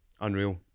unreal